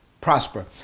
prosper